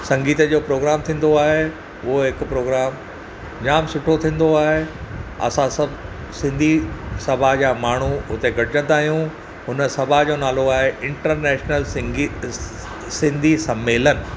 संगीत जो प्रोग्राम थींदो आहे उहो हिकु प्रोग्राम जाम सुठो थींदो आहे असां सभु सिंधी सभा जा माण्हू उते गॾजंदा आहियूं हुन सभा जो नालो आहे इंटर्नेशनल संगीत सिंधी सम्मेलन